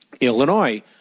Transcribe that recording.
Illinois